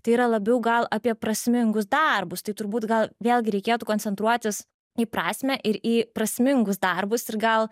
tai yra labiau gal apie prasmingus darbus tai turbūt gal vėlgi reikėtų koncentruotis į prasmę ir į prasmingus darbus ir gal